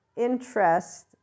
interest